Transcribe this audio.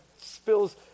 spills